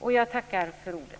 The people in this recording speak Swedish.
Jag tackar för ordet.